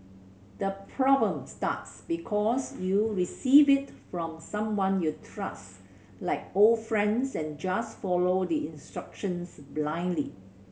the problem starts because you receive it from someone you trust like old friends and just follow the instructions blindly